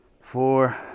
four